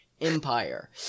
empire